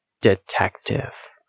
detective